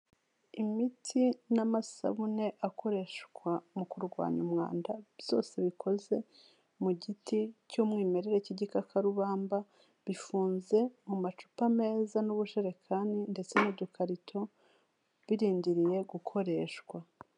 Imiti n'amasabune akoreshwa mu kurwanya umwanda byose bikoze mu giti cy'umwimerere cy'igikakarubamba bifunze mu macupa meza n'ubujerekani ndetse n'udukarito, birindiriye gukoreshwa.